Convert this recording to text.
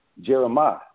Jeremiah